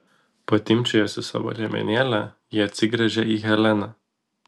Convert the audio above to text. patimpčiojusi savo liemenę ji atsigręžia į heleną